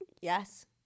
Yes